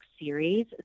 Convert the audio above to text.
series